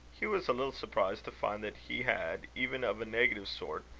hugh was a little surprised to find that he had, even of a negative sort,